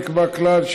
נקבע כלל,